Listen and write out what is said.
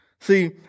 See